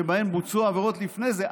שבהם בוצעו העבירות לפני זה,